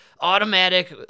automatic